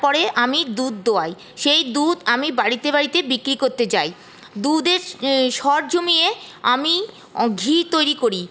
তারপরে আমি দুধ দোয়াই সেই দুধ আমি বাড়িতে বাড়িতে বিক্রি করতে যাই দুধের সর জমিয়ে আমি ঘি তৈরি করি